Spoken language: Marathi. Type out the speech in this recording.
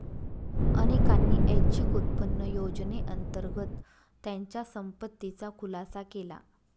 अनेकांनी ऐच्छिक उत्पन्न योजनेअंतर्गत त्यांच्या संपत्तीचा खुलासा केला